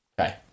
Okay